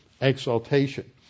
exaltation